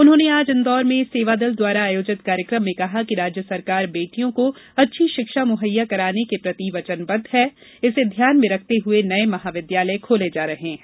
उन्होंने आज इंदौर में सेवादल द्वारा आयोजित कार्यक्रम में कहा कि राज्य सरकार बेटियों को अच्छी शिक्षा मुहैया कराने के प्रति वजनबद्व है इसे ध्यान में रखते हुए नये महाविद्यालय खोले जा रहे हैं